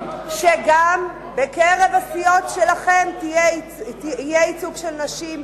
שגם בקרב הסיעות שלכם יהיה ייצוג של נשים,